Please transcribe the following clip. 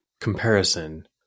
comparison